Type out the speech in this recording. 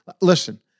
Listen